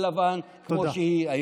זה סוף הדרך של כחול לבן כמו שהיא היום.